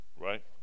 right